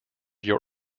your